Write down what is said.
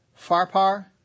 Farpar